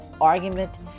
argument